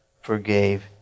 forgave